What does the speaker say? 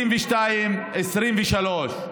20222023-: